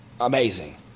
amazing